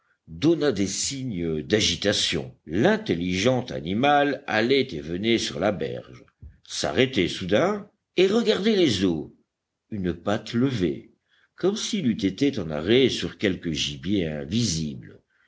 donna des signes d'agitation l'intelligent animal allait et venait sur la berge s'arrêtait soudain et regardait les eaux une patte levée comme s'il eût été en arrêt sur quelque gibier invisible